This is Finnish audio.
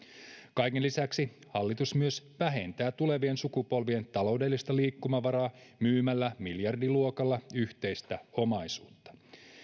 kaiken lisäksi hallitus myös vähentää tulevien sukupolvien taloudellista liikkumavaraa myymällä miljardiluokalla yhteistä omaisuutta